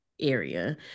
area